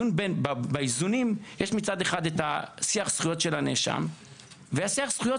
באיזונים יש מצד אחד את שיח זכויות הנאשם ושיח זכויות